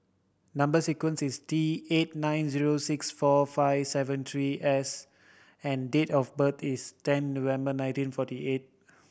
number sequence is T eight nine zero six four five seven three S and date of birth is ten November nineteen forty eight